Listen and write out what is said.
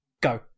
Go